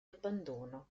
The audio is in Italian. abbandono